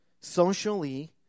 Socially